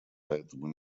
поэтому